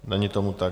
Není tomu tak.